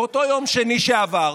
באותו יום שני שעבר